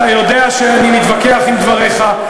אתה יודע שאני מתווכח עם דבריך,